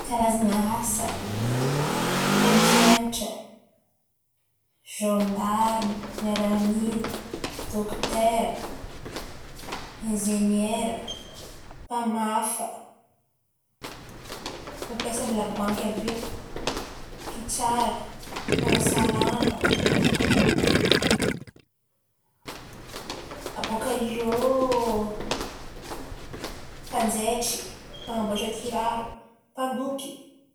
Karazan̈a asa: mpampianatra, gendarma, miaramila, dokotera, injeniera, famafa, mpiasan'ny labanky àby io, mpitsara, mpanasa lamba. Abôkà eo mpanjaitry, mpan̈amboatra kiraro, mpandoky.